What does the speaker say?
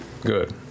Good